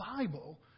Bible